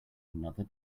another